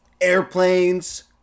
Airplanes